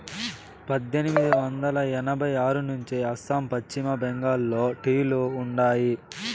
పద్దెనిమిది వందల ఎనభై ఆరు నుంచే అస్సాం, పశ్చిమ బెంగాల్లో టీ లు ఉండాయి